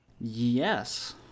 Yes